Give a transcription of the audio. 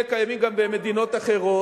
אתה פרופסור לפילוסופיה, זו לוגיקה?